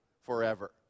forever